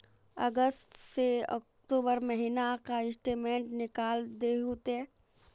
अगस्त से अक्टूबर महीना का स्टेटमेंट निकाल दहु ते?